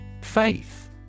FAITH